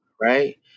right